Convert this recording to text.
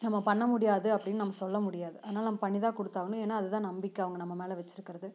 நம்ம பண்ண முடியாது அப்படீன்னு நம்ம சொல்ல முடியாது அதனால் நம்ம பண்ணி தான் கொடுத்தாகணும் ஏன்னா அது தான் நம்பிக்கை அவங்க நம்ம மேலே வச்சுருக்கறது